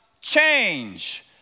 change